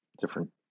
different